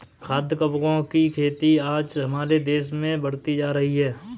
खाद्य कवकों की खेती आज हमारे देश में बढ़ती जा रही है